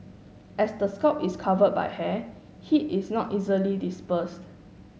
as the scalp is covered by hair heat is not easily dispersed